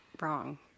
Wrong